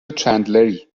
چندلری